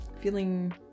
feeling